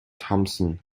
thompson